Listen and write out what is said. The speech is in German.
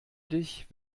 dich